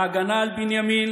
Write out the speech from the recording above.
ההגנה על בנימין,